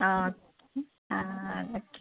ആ ആ അതക്കെ